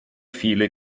viele